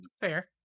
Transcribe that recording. fair